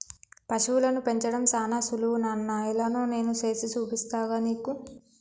పశువులను పెంచడం సానా సులువు నాన్న ఎలానో నేను సేసి చూపిస్తాగా నీకు